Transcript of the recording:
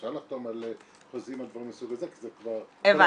אפשר לחתום על חוזים מהסוג הזה כי זה כבר --- גם